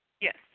Yes